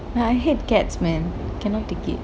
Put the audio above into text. I hate cats man cannot take it